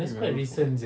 can't remember